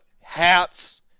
hats